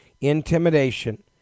intimidation